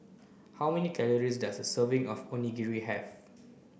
how many calories does a serving of Onigiri have